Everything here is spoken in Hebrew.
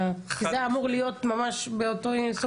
זה היה אמור להיות ממש באותו בסוף שבוע.